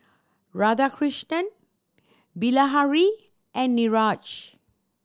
Radhakrishnan Bilahari and Niraj